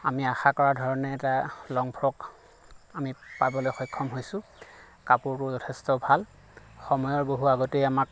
আমি আশা কৰা ধৰণে এটা লং ফ্ৰক আমি পাবলৈ সক্ষম হৈছোঁ কাপোৰটোও যথেষ্ট ভাল সময়ৰ বহু আগতেই আমাক